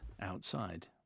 outside